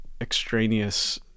extraneous